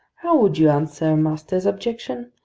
how would you answer master's objection?